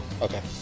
Okay